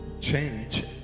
change